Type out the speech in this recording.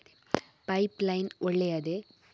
Pipe line ಒಳ್ಳೆಯದೇ?